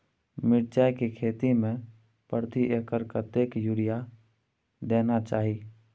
मिर्चाय के खेती में प्रति एकर कतेक यूरिया देना चाही?